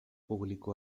publicó